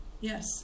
Yes